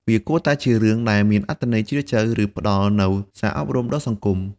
វាគួរតែជារឿងដែលមានអត្ថន័យជ្រាលជ្រៅ ឬផ្តល់នូវសារអប់រំដល់សង្គម។